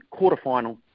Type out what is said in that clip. quarterfinal